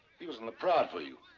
he was on the prowl for you.